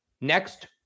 next